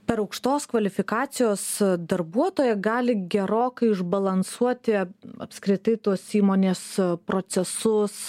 per aukštos kvalifikacijos darbuotoją gali gerokai išbalansuoti apskritai tos įmonės procesus